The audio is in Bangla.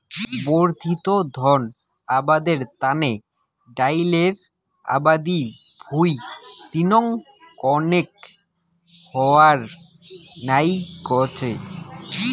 বর্ধিত ধান আবাদের তানে ডাইলের আবাদি ভুঁই দিনং কণেক হবার নাইগচে